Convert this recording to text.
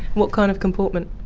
what kind of comportment?